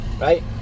Right